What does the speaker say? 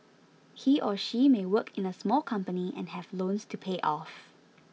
he or she may work in a small company and have loans to pay off